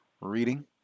Reading